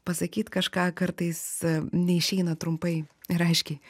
pasakyt kažką kartais neišeina trumpai ir aiškiai